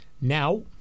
now